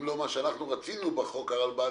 אם לא מה שרצינו בחוק הרלב"ד.